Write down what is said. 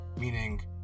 meaning